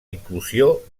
inclusió